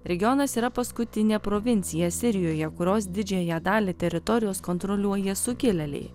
regionas yra paskutinė provincija sirijoje kurios didžiąją dalį teritorijos kontroliuoja sukilėliai